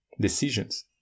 decisions